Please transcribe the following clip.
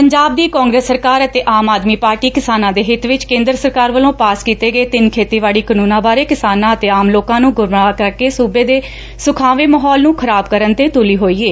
ਪੰਜਾਬ ਦੀ ਕਾਂਗਰਸ ਸਰਕਾਰ ਅਤੇ ਆਮ ਆਦਮੀ ਪਾਰਟੀ ਕਿਸਾਨਾਂ ਦੇ ਹਿੱਤ ਵਿਚ ਕੇਂਦਰ ਸਰਕਾਰ ਵਲੋ ਪਾਸ ਕੀਤੇ ਗਏ ਤਿੰਨ ਖੇਤੀਬਾਤੀ ਕਾਨੁੰਨਾਂ ਬਾਰੇ ਕਿਸਾਨਾਂ ਅਤੇ ਆਮ ਲੋਕਾਂ ਨੁੰ ਗੁੰਮਰਾਹ ਕਰਕੇ ਸੁਬੇ ਦੇ ਸੁਖਾਵੇਂ ਮਾਹੌਲ ਨੁੰ ਖਰਾਬ ਕਰਨ ਤੇ ਤੁੱਲੀ ਹੋਈ ਏ